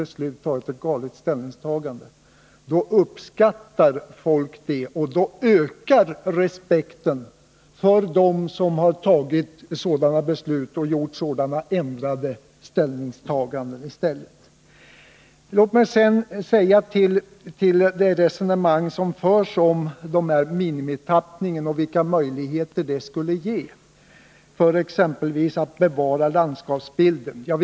Respekten ökar i stället för dem som på detta sätt ändrar sitt ställningstagande. Låt mig sedan säga några ord beträffande det resonemang som förs om minimiavtappningen och de möjligheter den skulle ge oss att exempelvis bevara landskapsbilden.